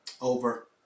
Over